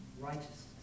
righteousness